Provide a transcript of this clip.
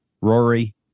Rory